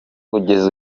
kugeza